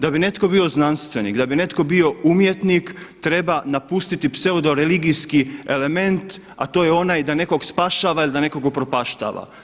Da bi netko bio znanstvenik, da bi netko bio umjetnik treba napustiti pseudo religijski element, a to je onaj da nekog spašava ili da nekog upropaštava.